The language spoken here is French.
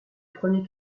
premier